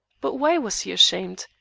but why was he ashamed?